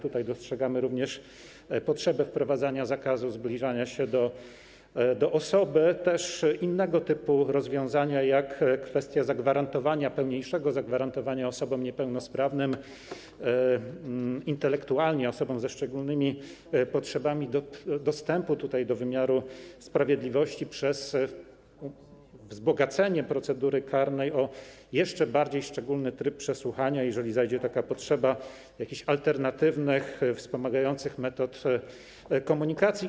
Tutaj dostrzegamy również potrzebę wprowadzania zakazu zbliżania się do osoby, ale też są innego typu rozwiązania, takie jak kwestia pełniejszego zagwarantowania osobom niepełnosprawnym intelektualnie, osobom ze szczególnymi potrzebami dostępu do wymiaru sprawiedliwości przez wzbogacenie procedury karnej o jeszcze bardziej szczególny tryb przesłuchania, jeżeli zajdzie taka potrzeba, jakichś alternatywnych, wspomagających metod komunikacji.